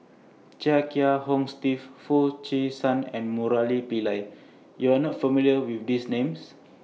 Chia Kiah Hong Steve Foo Chee San and Murali Pillai YOU Are not familiar with These Names